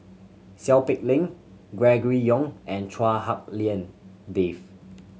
Seow Peck Leng Gregory Yong and Chua Hak Lien Dave